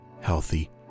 healthy